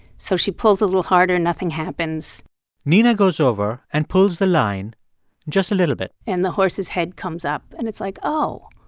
so she pulls a little harder nothing happens nina goes over and pulls the line just a little bit and the horse's head comes up and it's like, oh,